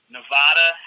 Nevada